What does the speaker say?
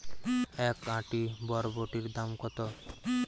এক আঁটি বরবটির দাম কত?